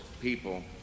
people